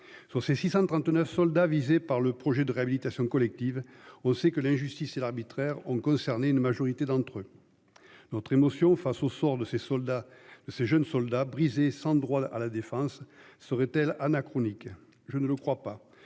Sur ces 639 soldats visés par le projet de réhabilitation collective. On sait que l'injustice et l'arbitraire ont concerné une majorité d'entre eux. Notre émotion face au sort de ces soldats de ces jeunes soldats sans droit à la défense serait-elle anachronique. Je ne le crois pas